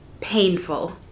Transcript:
painful